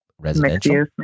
residential